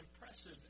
impressive